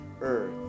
earth